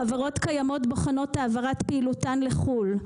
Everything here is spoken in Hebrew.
חברות קיימות בוחנות העברת פעילותן לחו"ל,